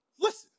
Listen